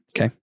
okay